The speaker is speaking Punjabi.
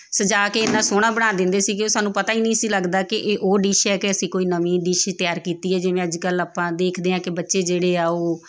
ਸਜਾ ਕੇ ਇੰਨਾ ਸੋਹਣਾ ਬਣਾ ਦਿੰਦੇ ਸੀਗੇ ਸਾਨੂੰ ਪਤਾ ਹੀ ਨਹੀਂ ਸੀ ਲੱਗਦਾ ਕਿ ਇਹ ਉਹ ਡਿਸ਼ ਹੈ ਕਿ ਅਸੀਂ ਕੋਈ ਨਵੀਂ ਡਿਸ਼ ਤਿਆਰ ਕੀਤੀ ਹੈ ਜਿਵੇਂ ਅੱਜ ਕੱਲ੍ਹ ਆਪਾਂ ਦੇਖਦੇ ਹਾਂ ਕਿ ਬੱਚੇ ਜਿਹੜੇ ਆ ਉਹ